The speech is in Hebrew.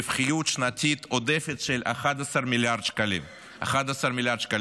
רווחיות שנתית עודפת של 11 מיליארד שקלים בשנה.